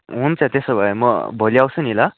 हुन्छ त्यसो भए म भोलि आउँछु नि ल